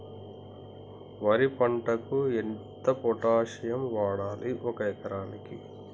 వరి పంటకు ఎంత పొటాషియం వాడాలి ఒక ఎకరానికి?